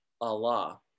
Allah